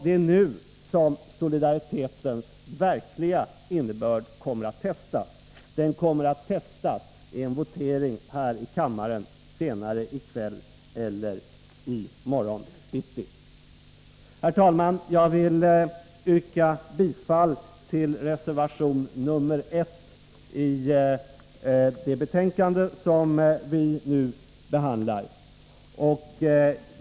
Det är nu som solidaritetens verkliga innebörd kommer att testas; den kommer att testas i en votering här i kammaren senare i kväll eller i morgon. Herr talman! Jag vill yrka bifall till reservation 1 i det betänkande som vi nu behandlar.